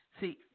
see